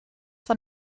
van